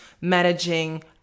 managing